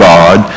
God